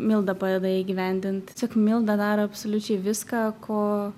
milda padeda įgyvendint tiesiog milda daro absoliučiai viską ko